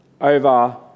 over